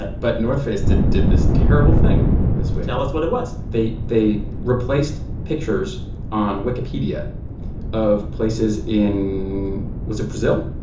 ah but north face did did this terrible thing this week tell us what it was they they replaced pictures on wikipedia of places in was it brazil?